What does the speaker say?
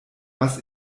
was